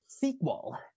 sequel